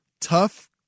Tough